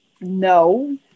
no